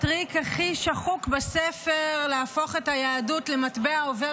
הטריק הכי שחוק בספר הוא להפוך את היהדות למטבע עובר